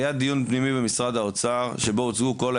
היה דיון פנימי במשרד האוצר שבו הוצגו כל האפשרויות,